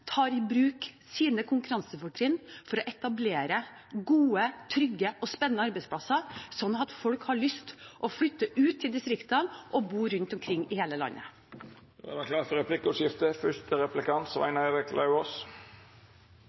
tar i bruk sine konkurransefortrinn for å etablere gode, trygge og spennende arbeidsplasser, slik at folk har lyst til å flytte ut til distriktene og bo rundt omkring i hele landet. Det vert replikkordskifte.